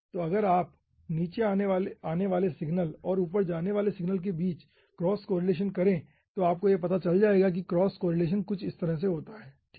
तो अगर आप नीचे आने वाले सिग्नल और ऊपर जाने वाले सिग्नल के बीच क्रॉस कोरिलेशन करे तो आपको पता चल जाएगा कि क्रॉस कोरिलेशन कुछ इस तरह से होता है ठीक है